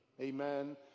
Amen